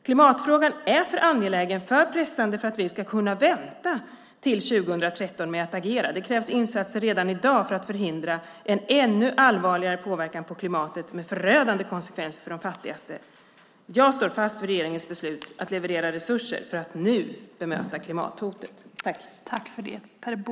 Klimatfrågan är för angelägen, för pressande, för att vi ska kunna vänta till 2013 med att agera. Det krävs insatser redan i dag för att förhindra en ännu allvarligare påverkan på klimatet med förödande konsekvenser för de fattigaste. Jag står fast vid regeringens beslut att leverera resurser för att nu bemöta klimathotet.